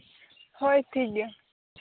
ᱦᱳᱭ ᱴᱷᱤᱠ ᱜᱮᱭᱟ